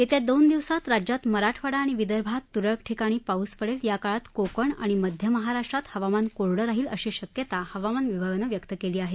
येत्या दोन दिवसात राज्यात मराठवाडा आणि विदर्भात तुरळक ठिकाणी पाऊस पडेल या काळात कोकण आणि मध्य महाराष्ट्रात हवामान कोरडं राहील अशी शक्यता हवामान विभागानं व्यक्त केली आहे